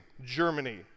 Germany